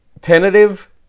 tentative